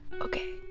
Okay